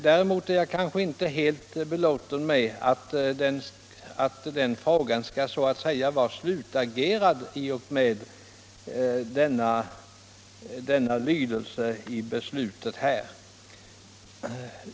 Däremot är jag kanske inte helt belåten med att saken så att säga skall vara utagerad i och med denna lydelse i betänkandet.